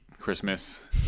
Christmas